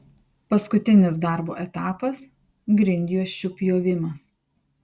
paskutinis darbo etapas grindjuosčių pjovimas